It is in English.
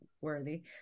worthy